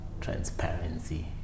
transparency